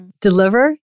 deliver